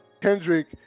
Kendrick